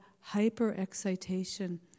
hyper-excitation